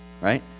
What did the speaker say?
right